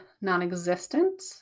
non-existent